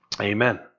Amen